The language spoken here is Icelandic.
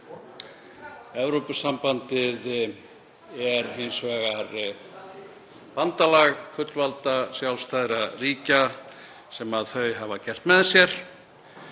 Evrópusambandið er hins vegar bandalag fullvalda sjálfstæðra ríkja sem þau hafa gert með sér